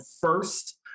first